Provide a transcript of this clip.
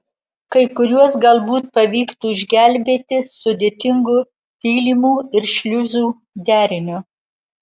kai kuriuos galbūt pavyktų išgelbėti sudėtingu pylimų ir šliuzų deriniu